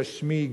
גשמי,